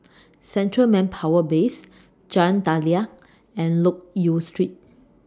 Central Manpower Base Jalan Daliah and Loke Yew Street